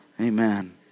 Amen